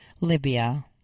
Libya